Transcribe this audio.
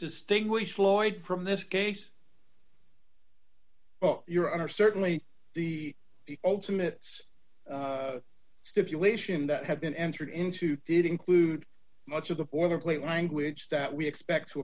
distinguish floyd from this case well your honor certainly the ultimates stipulation that had been entered into did include much of the for the plain language that we expect to